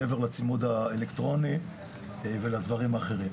מעבר לצימוד האלקטרוני ולדברים האחרים.